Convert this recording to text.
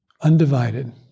undivided